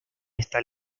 esta